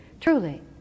Truly